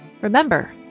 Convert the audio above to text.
Remember